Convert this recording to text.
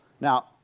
Now